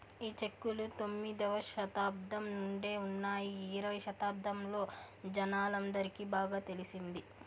ఈ చెక్కులు తొమ్మిదవ శతాబ్దం నుండే ఉన్నాయి ఇరవై శతాబ్దంలో జనాలందరికి బాగా తెలిసింది